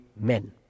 men